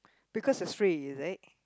because is free is it